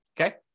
okay